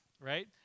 Right